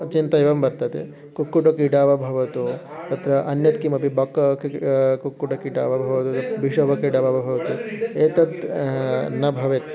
चिन्ता एव वर्तते कुक्कुटक्रीडा वा भवतु तत्र अन्यत् किमपि बक् क्कि कुक्कुटक्रीटा वा भवतु वृषभक्रीडा वा भवतु एतत् न भवेत्